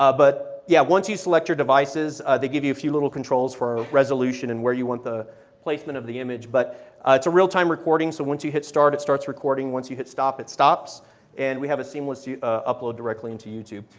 ah but yeah once you select your devices, they give you a few little controls for resolution and where you want the placement of the image but it's a real time recording so once you hit start it starts recording. once you hit stop it stops and we have it seamlessly ah uploaded and to youtube.